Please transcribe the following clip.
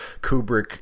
Kubrick